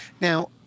Now